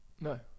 No